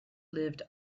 lived